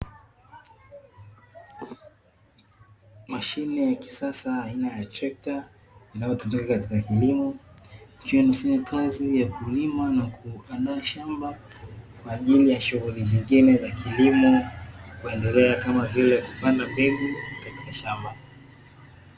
Mashine ya kisasa aina ya trekta, inayotumika katika kilimo. Ikiwa inafanya kazi ya kulima na kuandaa shamba, kwa ajili ya shughuli zingine za kilimo kuendelea kama vile kupanda mbegu katika shamba.